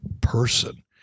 person